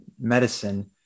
medicine